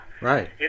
Right